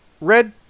red